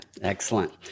excellent